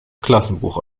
klassenbuch